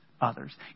others